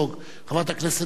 חברת הכנסת גלאון,